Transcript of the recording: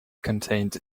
contained